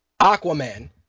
Aquaman